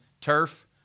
turf